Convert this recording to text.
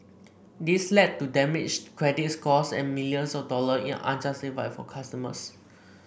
this led to damaged credit scores and millions of dollar in unjustified fees for customers